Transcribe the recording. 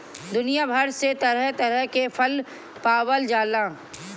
दुनिया भर में तरह तरह के फल पावल जाला